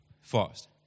fast